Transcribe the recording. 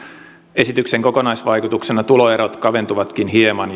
esityksen kokonaisvaikutuksena tuloerot kaventuvatkin hieman